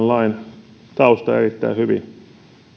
lain tausta erittäin hyvin